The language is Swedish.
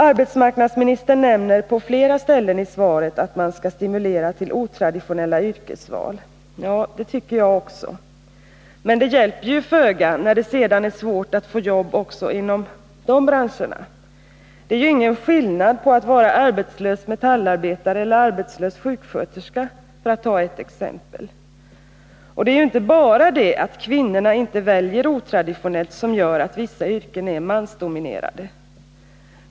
Arbetsmarknadsministern nämner på flera ställen i svaret att man skall stimulera till otraditionella yrkesval. Ja, det tycker jag också, men det hjälper ju föga när det sedan är svårt att få jobb också inom dessa branscher. Det är ju ingen skillnad på att vara arbetslös metallarbetare eller arbetslös sjuksköterska, för att ta ett exempel. Och det är inte bara det att kvinnorna inte väljer otraditionellt som gör att vissa yrken är mansdominerade.